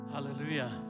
Hallelujah